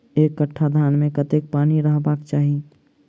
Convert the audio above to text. एक कट्ठा धान मे कत्ते पानि रहबाक चाहि?